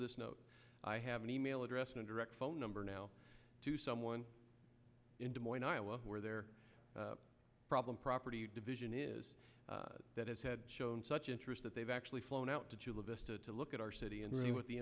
this note i have an e mail address and direct phone number now to someone in des moines iowa where their problem property division is that has had shown such interest that they've actually flown out to chula vista to look at our city and really what the